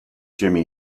jimi